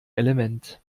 element